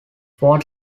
ford